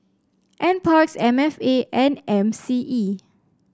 NParks M F A and M C E